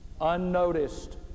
Unnoticed